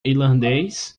irlandês